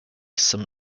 some